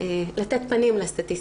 לתת פנים לסטטיסטיקה.